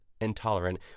intolerant